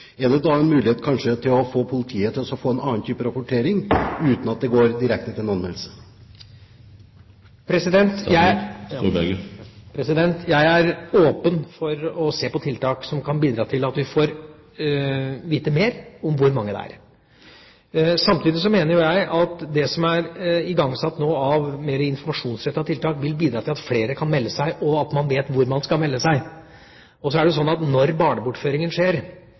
er det da kanskje en mulighet at politiet får en annen type rapportering, uten at en går direkte til en anmeldelse? Jeg er åpen for å se på tiltak som kan bidra til at vi får vite mer om hvor mange det er. Samtidig mener jeg at det som er igangsatt nå av mer informasjonsrettede tiltak, vil bidra til at flere kan melde seg, og at man vet hvor man skal melde seg. Og når barnebortføringer skjer, tror jeg den store andelen mennesker er opptatt av at